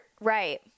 right